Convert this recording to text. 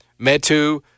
Metu